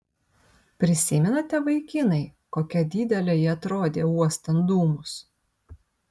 prisimenate vaikinai kokia didelė ji atrodė uostant dūmus